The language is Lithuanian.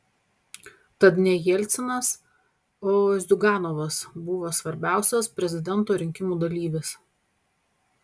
tad ne jelcinas o ziuganovas buvo svarbiausias prezidento rinkimų dalyvis